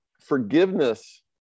forgiveness